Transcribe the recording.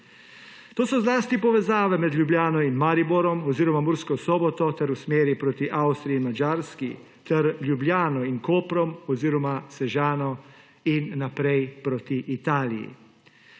To so zlasti povezave med Ljubljano in Mariborom oziroma Mursko Soboto ter v smeri proti Avstriji in Madžarski ter Ljubljano in Koprom oziroma Sežano in naprej proti Italiji.